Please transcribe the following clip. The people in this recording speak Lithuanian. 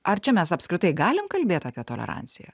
ar čia mes apskritai galim kalbėt apie toleranciją